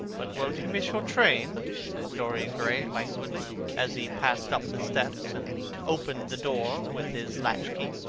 but won't you miss your train? said dorian gray languidly as he passed up the steps and opened the door with his latch-key.